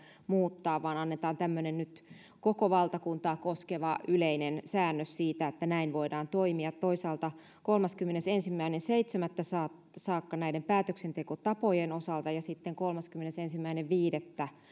muuttaa ja annetaan tämmöinen nyt koko valtakuntaa koskeva yleinen säännös siitä että näin voidaan toimia toisaalta kolmaskymmenesensimmäinen seitsemättä saakka saakka näiden päätöksentekotapojen osalta ja sitten kolmaskymmenesensimmäinen viidettä